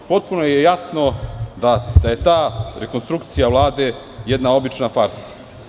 Potpuno je jasno da je ta rekonstrukcija Vlade jedna obična farsa.